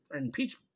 impeach